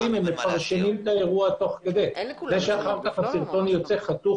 זה שאחר כך הסרטון יוצא חתוך,